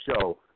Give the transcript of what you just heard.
show